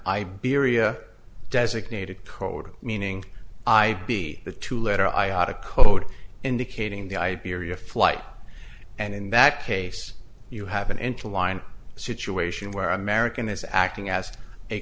iberia designated code meaning i b the two letter i had a code indicating the iberia flight and in that case you haven't into line situation where american is acting as a